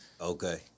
Okay